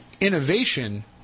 innovation